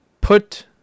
put